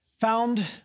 found